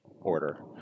order